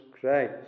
Christ